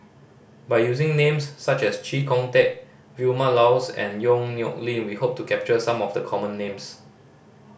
by using names such as Chee Kong Tet Vilma Laus and Yong Nyuk Lin we hope to capture some of the common names